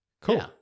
Cool